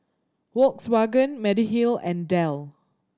Volkswagen Mediheal and Dell